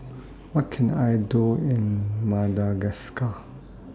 What Can I Do in Madagascar